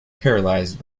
paralysed